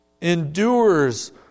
Endures